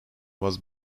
was